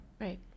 right